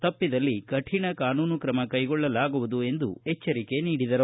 ತಪ್ಪಿದಲ್ಲಿ ಕಾನೂನು ಕ್ರಮ ಕೈಗೊಳ್ಳಲಾಗುವುದು ಎಂದು ಎಚ್ಚರಿಕೆ ನೀಡಿದರು